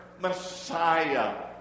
Messiah